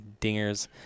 dingers